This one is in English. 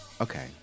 Okay